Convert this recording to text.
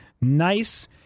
nice